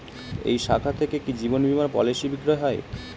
এই শাখা থেকে কি জীবন বীমার পলিসি বিক্রয় হয়?